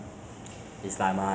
if you ask me to